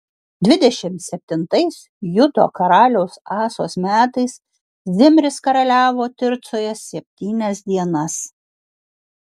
dvidešimt septintais judo karaliaus asos metais zimris karaliavo tircoje septynias dienas